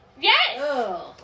yes